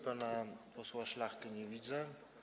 Pana posła Szlachty nie widzę.